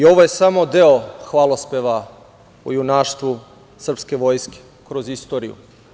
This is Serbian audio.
Ovo je samo deo hvalospeva o junaštvu srpske vojske kroz istoriju.